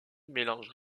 mélangent